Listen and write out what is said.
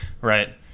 Right